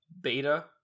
beta